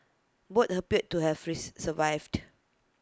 both appeared to have re survived